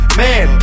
man